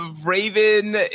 raven